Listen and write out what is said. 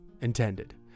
intended